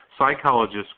psychologists